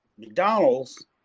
McDonald's